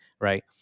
right